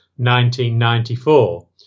1994